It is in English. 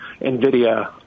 NVIDIA